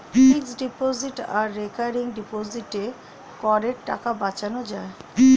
fixed deposit আর recurring ডিপোজিটে করের টাকা বাঁচানো যায়